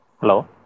Hello